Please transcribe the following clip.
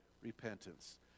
Repentance